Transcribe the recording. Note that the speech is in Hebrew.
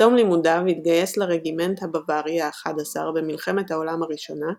בתום לימודיו התגייס לרגימנט הבווארי ה-11 במלחמת העולם הראשונה,